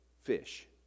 fish